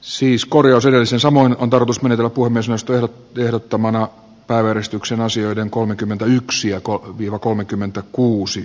siis kuriosellisen samoin verotus meni lopulta suostuivat tiedottomana yhdistyksen asioiden kolmekymmentäyksi aikoo vielä kolmekymmentäkuusi